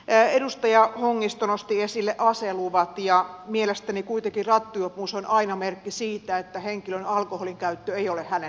edustaja hongisto nosti esille aseluvat ja mielestäni kuitenkin rattijuopumus on aina merkki siitä että henkilön alkoholinkäyttö ei ole hänen hallinnassaan